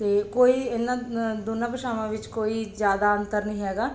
ਅਤੇ ਕੋਈ ਇਹਨਾਂ ਨ ਦੋਨਾਂ ਭਾਸ਼ਾਵਾਂ ਵਿੱਚ ਕੋਈ ਜ਼ਿਆਦਾ ਅੰਤਰ ਨਹੀਂ ਹੈਗਾ